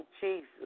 Jesus